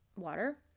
water